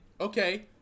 okay